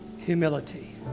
humility